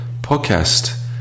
podcast